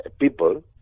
people